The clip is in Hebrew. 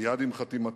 מייד עם חתימתו,